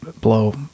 blow